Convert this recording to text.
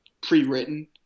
pre-written